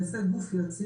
יעשה את זה גוף יציב,